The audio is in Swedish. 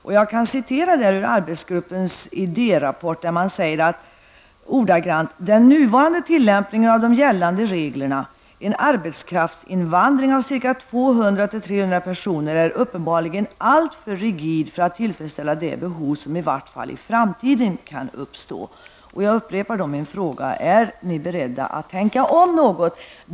I arbetsgruppens idérapport sägs följande: Den nuvarande tillämpningen av gällande reglerna -- en arbetskraftinvandring av ca 200--300 personer -- är uppenbarligen alltför rigid för att tillfredsställa de behov som i vart fall i framtiden kan uppstå. -- Jag upprepar min fråga: Är ni beredda att tänka om något?